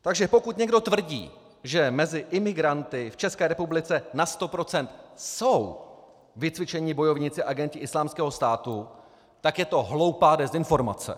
Takže pokud někdo tvrdí, že mezi imigranty v České republice na 100 % jsou vycvičení bojovníci, agenti Islámského státu, tak je to hloupá dezinformace.